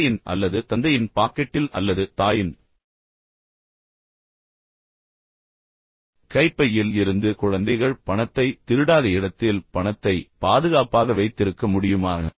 தந்தையின் அல்லது தந்தையின் பாக்கெட்டில் அல்லது தாயின் கைப்பையில் இருந்து குழந்தைகள் பணத்தை திருடாத இடத்தில் பணத்தை பாதுகாப்பாக வைத்திருக்க முடியுமா